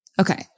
Okay